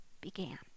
began